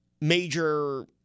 major